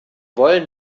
wollen